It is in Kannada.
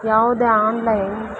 ಯಾವುದೇ ಆನ್ಲೈನ್